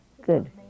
Good